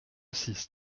six